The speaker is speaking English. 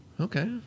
Okay